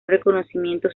reconocimiento